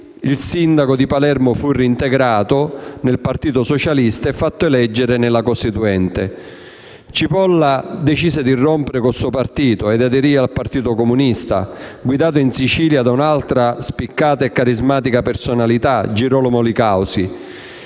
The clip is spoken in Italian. il sindaco di Palermo fu reintegrato nel Partito Socialista e fatto eleggere nella Costituente. Cipolla decise di rompere con il suo partito e aderì al Partito Comunista, guidato in Sicilia da un'altra spiccata e carismatica personalità, Girolamo Li Causi.